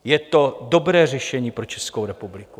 Je to dobré řešení pro Českou republiku.